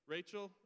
Rachel